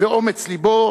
ואומץ לבו,